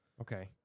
Okay